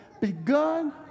begun